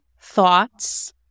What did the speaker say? thoughts